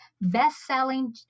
best-selling